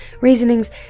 reasonings